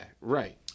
right